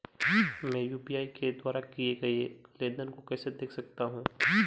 मैं यू.पी.आई के द्वारा किए गए लेनदेन को कैसे देख सकता हूं?